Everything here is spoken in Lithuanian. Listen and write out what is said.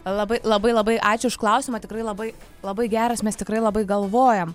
labai labai labai ačiū už klausimą tikrai labai labai geras mes tikrai labai galvojam